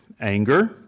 anger